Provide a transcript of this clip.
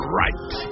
right